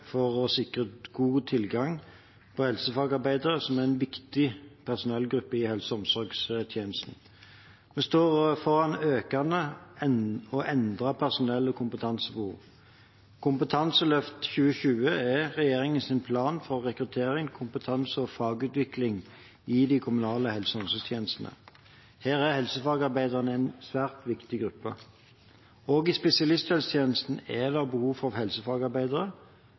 for å sikre god tilgang på helsefagarbeidere, som er en viktig personellgruppe i helse- og omsorgstjenesten. Vi står foran økende og endrede personell- og kompetansebehov. Kompetanseløft 2020 er regjeringens plan for rekruttering, kompetanse- og fagutvikling i de kommunale helse- og omsorgstjenestene. Her er helsefagarbeiderne en svært viktig gruppe. Også i spesialisthelsetjenesten er det behov for helsefagarbeidere,